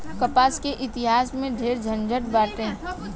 कपास के इतिहास में ढेरे झनझट बाटे